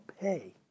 pay